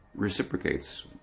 reciprocates